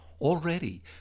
Already